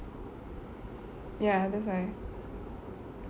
ya that's why